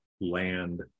land